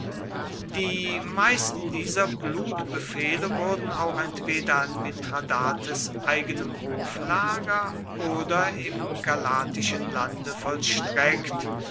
die meisten dieser blutbefehle wurden auch entweder an mithradates eigenem hoflager oder im galatischen lande vollstreckt